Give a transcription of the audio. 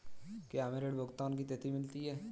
क्या हमें ऋण भुगतान की तिथि मिलती है?